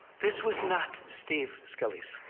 this was not steve scalise.